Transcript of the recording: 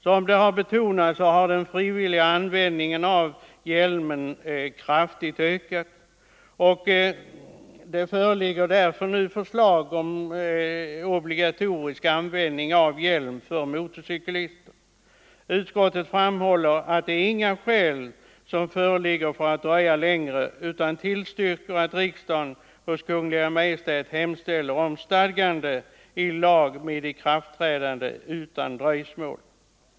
Som redan betonats har den frivilliga användningen av sådan hjälm kraftigt ökat, Trafiksäkerheten och det föreligger nu förslag om obligatorisk användning av hjälm för m.m. motorcyklister. Utskottet framhåller att inga skäl finns för att dröja längre utan tillstyrker att riksdagen hos Kungl. Maj:t hemställer om sådant stadgande i lag med ikraftträdande utan dröjsmål.